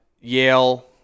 Yale